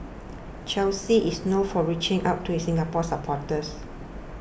Chelsea is known for reaching out to its Singapore supporters